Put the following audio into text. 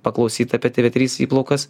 paklausyt apie tv trys įplaukas